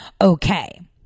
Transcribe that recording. okay